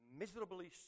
Miserably